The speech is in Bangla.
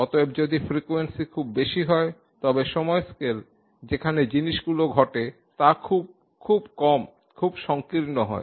অতএব যদি ফ্রিকোয়েন্সি খুব বেশি হয় তবে সময় স্কেল যেখানে জিনিসগুলি ঘটে তা খুব খুব কম খুব সঙ্কীর্ণ হয়